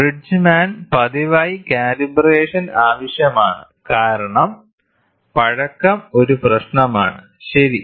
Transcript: Bridgman പതിവായി calibration ആവശ്യമാണ് കാരണം പഴക്കം ഒരു പ്രശ്നമാണ് ശരി